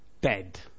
dead